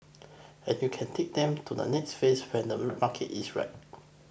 and you can take them to the next phase when the market is right